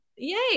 Yay